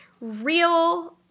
real